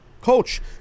Coach